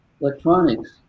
electronics